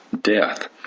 death